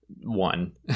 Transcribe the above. one